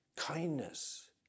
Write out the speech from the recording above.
kindness